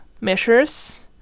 measures